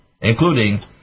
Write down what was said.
including